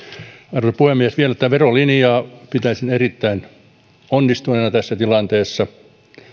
arvoisa puhemies pitäisin tätä verolinjaa erittäin onnistuneena tässä tilanteessa